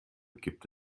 gibt